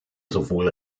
sowohl